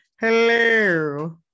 Hello